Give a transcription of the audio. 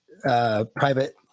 private